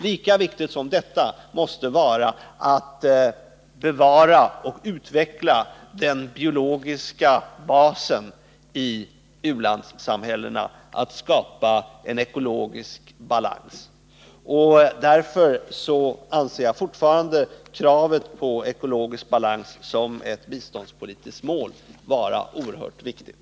Det måste vara lika viktigt att bevara och utveckla den biologiska basen i u-landssamhällena, att skapa en ekologisk balans. Därför anser jag fortfarande kravet på ekologisk balans som ett biståndspolitiskt mål vara oerhört viktigt.